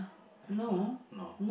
I have none no